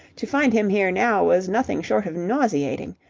to find him here now was nothing short of nauseating.